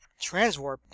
Transwarp